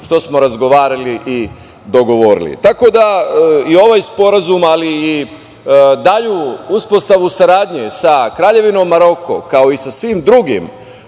što smo razgovarali i dogovorili. Tako da i ovaj sporazum, ali i dalju uspostavu saradnje sa Kraljevinom Maroko, kao i sa svim drugim